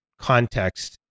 context